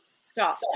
stop